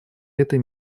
этой